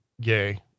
gay